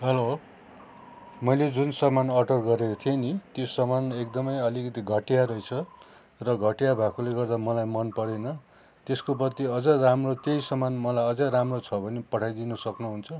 हलो मैले जुन सामान अर्डर गरेको थिएँ नि त्यो सामान एकदमै अलिकति घटिया रहेछ र घटिया भएकोले गर्दा मलाई मन परेन त्यसको बद्ली अझ् राम्रो त्यही सामान मलाई अझ् राम्रो छ भने पठाइदिनु सक्नुहुन्छ